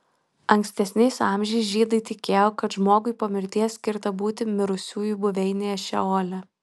ankstesniais amžiais žydai tikėjo kad žmogui po mirties skirta būti mirusiųjų buveinėje šeole